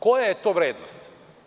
Koja je to vrednost?